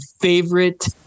favorite